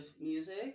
music